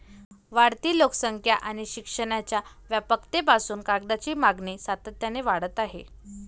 वाढती लोकसंख्या आणि शिक्षणाच्या व्यापकतेपासून कागदाची मागणी सातत्याने वाढत आहे